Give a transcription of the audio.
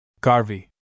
Garvey